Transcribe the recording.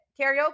karaoke